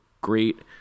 great